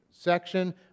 section